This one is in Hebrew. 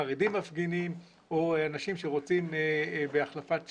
חרדים מפגינים או אנשים שרוצים בהחלפת שלטון,